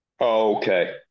Okay